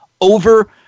over